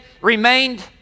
remained